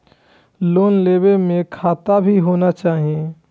Loan लेबे में खाता भी होना चाहि?